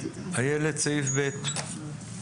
איילת, סעיף (ב).